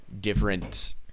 different